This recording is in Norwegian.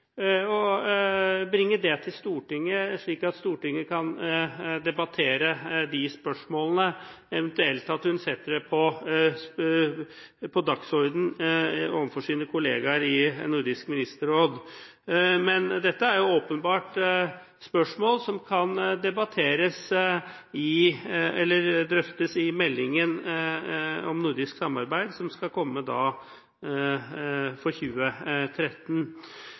bringe det til Stortinget, slik at Stortinget kan debattere de spørsmålene, eventuelt at hun setter det på dagsordenen overfor sine kolleger i Nordisk ministerråd. Men dette er åpenbart spørsmål som kan drøftes i meldingen om nordisk samarbeid i 2013. Så er det en sak som